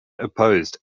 opposed